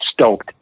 stoked